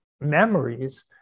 memories